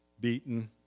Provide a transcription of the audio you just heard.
beaten